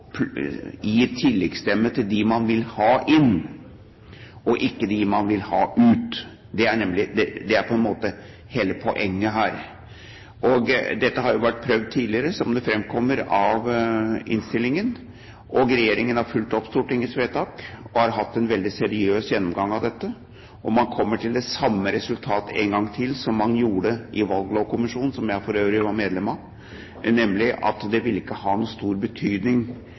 man vil ha ut. Det er på en måte hele poenget her. Dette har jo vært prøvd tidligere, som det framkommer av innstillingen. Regjeringen har fulgt opp Stortingets vedtak og har hatt en veldig seriøs gjennomgang av dette. Man kom da til det samme resultatet en gang til som man gjorde i valglovkommisjonen, som jeg for øvrig var medlem av, nemlig at det ville ikke ha noen stor betydning